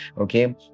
okay